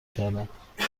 کردم؟ اگه